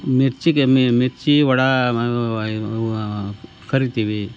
ಮಿರ್ಚಿಗೆ ಮಿರ್ಚಿ ವಡೆ ಕರೀತೀವಿ